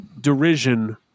derision